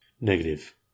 Negative